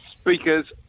speakers